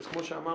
אז כמו שאמרנו,